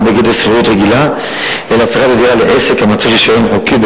אינה בגדר שכירות רגילה אלא הפיכת הדירה לעסק המצריך רשיון חוקי,